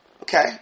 okay